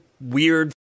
weird